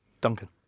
Duncan